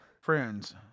Friends